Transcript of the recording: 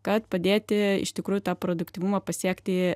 kad padėti iš tikrųjų tą produktyvumą pasiekti